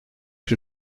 que